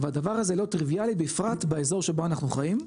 והדבר הזה לא טריוויאלי בפרט באזור שבו אנחנו חיים,